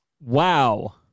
Wow